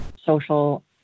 social